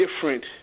different